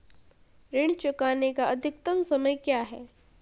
ऋण चुकाने का अधिकतम समय क्या है?